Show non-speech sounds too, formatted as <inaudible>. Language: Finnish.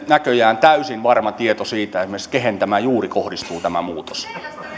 <unintelligible> näköjään täysin varma tieto esimerkiksi siitä keihin tämä muutos juuri kohdistuu